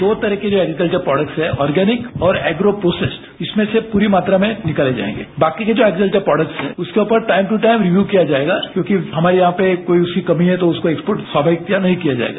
दो तरह के जो एग्रीकल्वर प्रोडक्ट्स है ऑर्गेनिक और एग्रो प्रोसेस्ड इसमें से पूरी मात्रा में निकाले जाएंगे बाकी के जो एग्रीकल्वर प्रोडक्ट्स हैं उसके ऊपर टाइम ट्र टाइम रिय्यू किया जाएगा क्योंकि हमारे यहां पे कोई उसकी कमी है तो उसका एक्सपोर्ट स्वाभाविकतया नहीं किया जाएगा